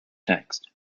text